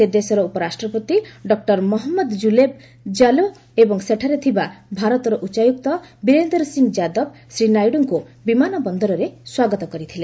ସେ ଦେଶର ଉପରାଷ୍ଟ୍ରପତି ଡକ୍ଟର ମହମ୍ମଦ କ୍କୁଲ୍ବେ ଜାଲୋ ଏବଂ ସେଠାରେ ଥିବା ଭାରତର ଉଚ୍ଚାୟୁକ୍ତ ବିରେନ୍ଦର୍ ସିଂ ଯାଦବ ଶ୍ରୀ ନାଇଡୁଙ୍କୁ ବିମାନ ବନ୍ଦରରେ ସ୍ୱାଗତ କରିଥିଲେ